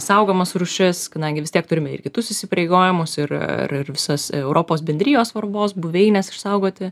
saugomas rūšis kadangi vis tiek turime ir kitus įsipareigojimus ir ir visas europos bendrijos svarbos buveines išsaugoti